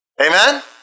Amen